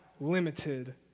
limited